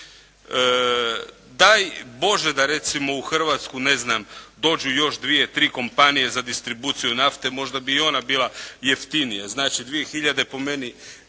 Daj Bože da recimo u Hrvatsku ne znam dođu još dvije, tri kompanije za distribuciju nafte. Možda bi i ona bila jeftinija. Znači, dvije